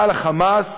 על ה"חמאס",